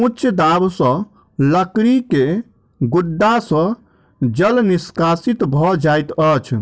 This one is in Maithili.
उच्च दाब सॅ लकड़ी के गुद्दा सॅ जल निष्कासित भ जाइत अछि